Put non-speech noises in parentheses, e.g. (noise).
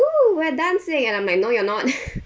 !woo! we're dancing and I'm like no you're not (laughs)